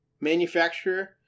manufacturer